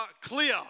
clear